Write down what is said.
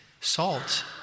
salt